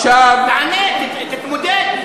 תענה, תתמודד.